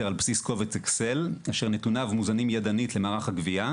על בסיס קובץ אקסל אשר נתוניו מוזנים ידנית למערך הגבייה,